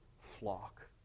flock